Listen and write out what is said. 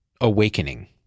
awakening